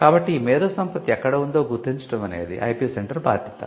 కాబట్టి ఈ మేధో సంపత్తి ఎక్కడ ఉందొ గుర్తించడం అనేది ఐపి సెంటర్ బాధ్యత